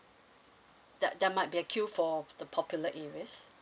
that there might be a queue for the popular areas